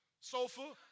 sofa